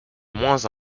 moins